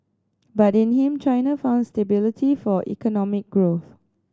but in him China found stability for economic growth